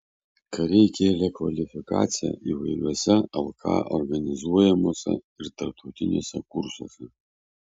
kariai kėlė kvalifikaciją įvairiuose lk organizuojamuose ir tarptautiniuose kursuose